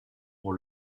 pour